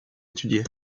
étudiés